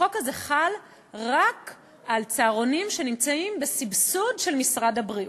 החוק הזה חל רק על צהרונים שנמצאים בסבסוד של משרד הבריאות.